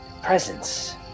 Presence